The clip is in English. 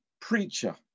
preacher